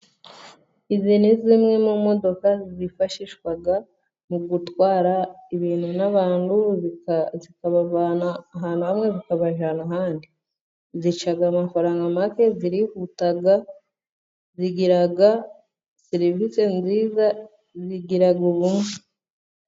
Izi ni zimwe mu modoka zifashishwa mu gutwara ibintu n'abantu ,zikabavana ahantu hamwe zikabajyana ahandi. zica amafaranga make, zirihuta zigiraga serivisi nziza zigira ubumwe.